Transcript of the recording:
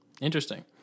Interesting